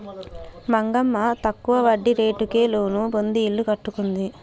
మంగమ్మ తక్కువ వడ్డీ రేటుకే లోను పొంది ఇల్లు కట్టుకుంది